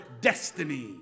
destiny